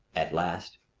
at last,